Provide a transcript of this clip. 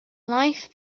life